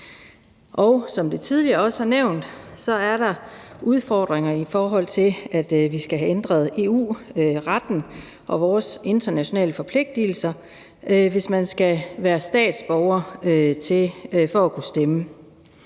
Som det tidligere også er nævnt, er der udfordringer, i forhold til at vi skal have ændret EU-retten og vores internationale forpligtigelser, hvis man skal være statsborger for at kunne stemme.